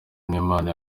n’imana